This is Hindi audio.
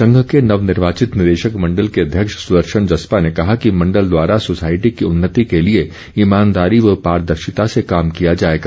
संघ के नवनिर्वाचित निदेशक मंडल के अध्यक्ष सर्दशन जस्पा ने कहा कि मंडल द्वारा सोसायटी की उन्नति के लिए ईमानदारी व पारदर्शिता से काम किया जाएगा